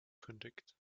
kündigt